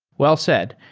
well said.